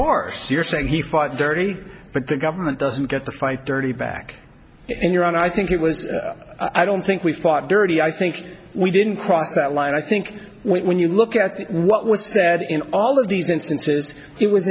parse you're saying he fought dirty but the government doesn't get the fight dirty back in your own i think it was i don't think we thought dirty i think we didn't cross that line i think when you look at what's said in all of these instances he was